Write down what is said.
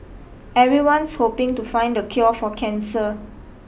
everyone's hoping to find the cure for cancer